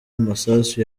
amasasu